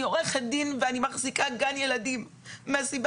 אני עורכת דין ואני מחזיקה גן ילדים מהסיבה